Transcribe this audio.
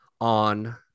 on